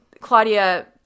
Claudia